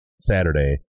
Saturday